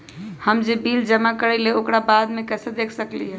हम जे बिल जमा करईले ओकरा बाद में कैसे देख सकलि ह?